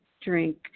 drink